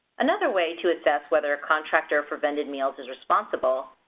another way to assess whether a contractor for vended meals is responsible,